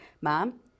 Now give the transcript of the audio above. mom